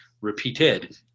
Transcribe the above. repeated